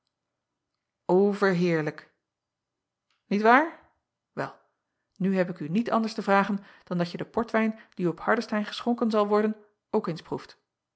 verheerlijk iet waar el nu heb ik u niet anders te acob van ennep laasje evenster delen vragen dan dat je den portwijn die u op ardestein geschonken zal worden ook eens proeft